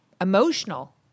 emotional